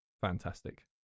Fantastic